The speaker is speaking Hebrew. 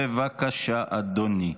בבקשה, אדוני.